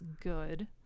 good